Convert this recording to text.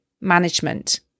management